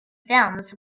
films